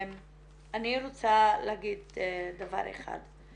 אני רוצה להגיד דבר אחד,